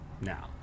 now